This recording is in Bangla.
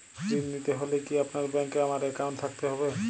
ঋণ নিতে হলে কি আপনার ব্যাংক এ আমার অ্যাকাউন্ট থাকতে হবে?